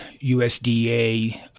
USDA